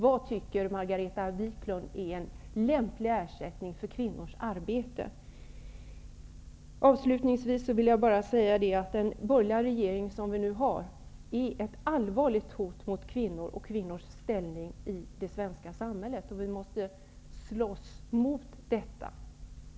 Vad tycker Margareta Viklund är en lämplig ersättning för kvinnors arbete? Avslutningsvis vill jag bara säga att den borgerliga regering som vi nu har är ett allvarligt hot mot kvinnor och kvinnors ställning i det svenska samhället. Vi måste slåss mot detta hot.